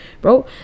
bro